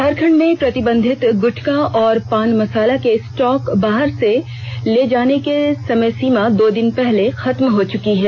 झारखंड में प्रतिबंधित गुटखा और पान मसाला के स्टॉक बाहर ले जाने की समय सीमा दो दिन पहले खत्म हो चुकी है